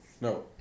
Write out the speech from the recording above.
No